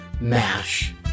MASH